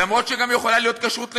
אף שגם יכולה להיות כשרות לשבת.